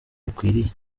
bikwiriye